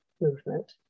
movement